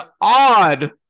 odd